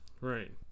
right